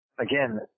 again